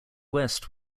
west